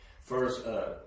First